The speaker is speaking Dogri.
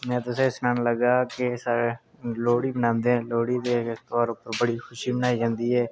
में तुसें गी सनान लगा कि साढ़े लोह्ड़ी मनांदे न लोह्ड़ी दे ध्यार पर बड़ी खुशी मनाई जंदी ऐ